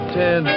ten